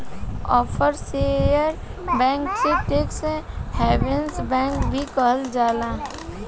offshore bank के tax havens bank भी कहल जाला